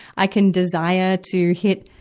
i can desire to hit,